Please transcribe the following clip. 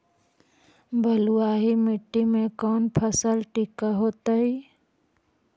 बलुआही मिट्टी में कौन फसल ठिक होतइ?